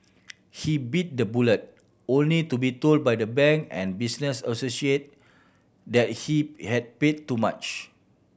he bit the bullet only to be told by the bank and business associate that he had paid too much